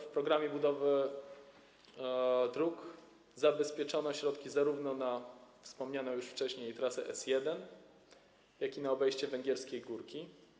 W programie budowy dróg zabezpieczono środki zarówno na wspomnianą już wcześniej trasę S1, jak i na obejście Węgierskiej Górki.